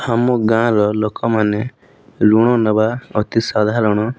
ଆମ ଗାଁର ଲୋକମାନେ ଲୁଣ ନେବା ଅତି ସାଧାରଣ